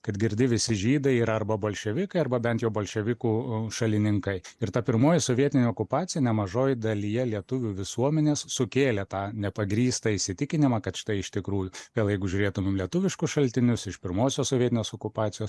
kad girdi visi žydai yra arba bolševikai arba bent jau bolševikų šalininkai ir ta pirmoji sovietinė okupacija nemažoj dalyje lietuvių visuomenės sukėlė tą nepagrįstą įsitikinimą kad štai iš tikrųjų vėl jeigu žiūrėtumėm lietuviškus šaltinius iš pirmosios sovietinės okupacijos